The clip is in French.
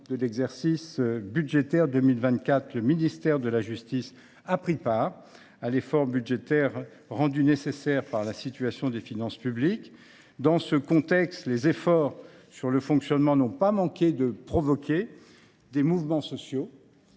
de l’exercice budgétaire 2024, mon ministère a pris part à l’effort budgétaire rendu nécessaire par la situation des finances publiques. Dans ce contexte, les efforts sur le fonctionnement consentis par mon ministère n’ont pas manqué de provoquer des mouvements sociaux